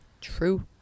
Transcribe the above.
True